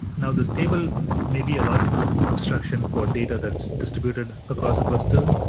now this table may be a logical abstraction for data that's distributed across a cluster,